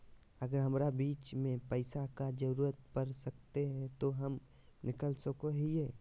अगर हमरा बीच में पैसे का जरूरत पड़ जयते तो हम निकल सको हीये